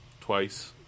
Twice